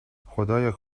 خدایا